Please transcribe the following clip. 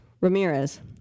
Ramirez